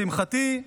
לשמחתי,